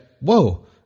whoa